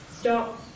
stop